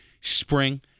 spring